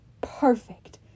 perfect